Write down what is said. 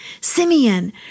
Simeon